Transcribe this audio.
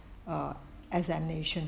err as I mentioned